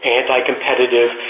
anti-competitive